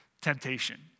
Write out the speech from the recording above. temptation